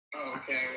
Okay